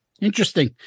Interesting